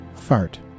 Fart